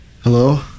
Hello